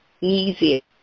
easy